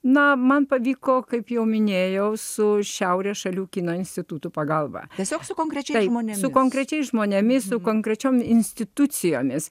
na man pavyko kaip jau minėjau su šiaurės šalių kino institutų pagalba tiesiog su konkrečia įmone su konkrečiais žmonėmis su konkrečiomis institucijomis